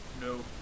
No